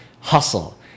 hustle